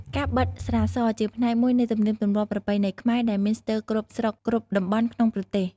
ការបិតស្រាស ជាផ្នែកមួយនៃទំនៀមទំលាប់ប្រពៃណីខ្មែរ ដែលមានស្ទើរគ្រប់ស្រុកគ្រប់តំបន់ក្នុងប្រទេស។